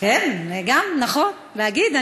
כן, גם, נכון, להגיד.